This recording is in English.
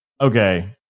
okay